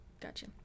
Gotcha